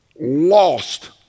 lost